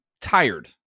tired